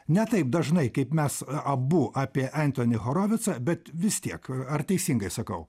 ne taip dažnai kaip mes abu apie entonį horovicą bet vis tiek ar teisingai sakau